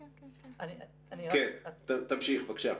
רועי, תמשיך, בבקשה.